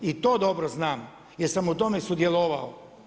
I to dobro znam, jer sam u tome sudjelovao.